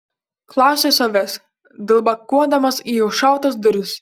klausė savęs dilbakiuodamas į užšautas duris